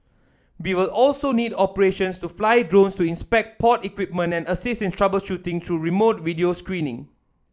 we will also need operations to fly drones to inspect port equipment and assist in troubleshooting through remote video screening